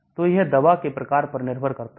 तो यह दवा के प्रकार पर निर्भर करता है